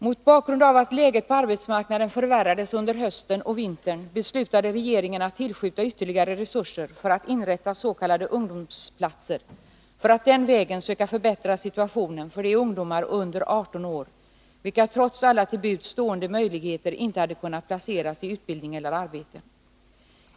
Mot bakgrund av att läget på arbetsmarknaden förvärrades under hösten och vintern beslutade regeringen att tillskjuta ytterligare resurser för att inrätta s.k. ungdomsplatser för att den vägen söka förbättra situationen för de ungdomar under 18 år, vilka trots alla till buds stående möjligheter inte hade kunnat placeras i utbildning eller arbete.